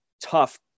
tough